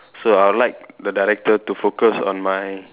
so I'd like the director to focus on my